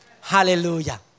Hallelujah